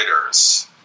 writers